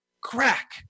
crack